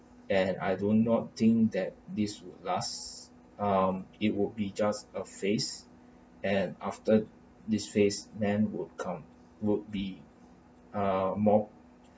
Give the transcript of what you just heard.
and I do not think that this would last um it would be just a phase and after this phase men would come would be uh more